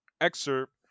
Excerpt